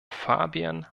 fabian